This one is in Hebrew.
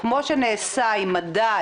האם כמו שנעשה עם מדד